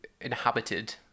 inhabited